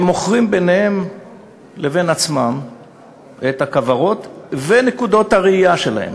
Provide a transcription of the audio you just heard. הם מוכרים ביניהם לבין עצמם את הכוורות ואת נקודות הרעייה שלהם,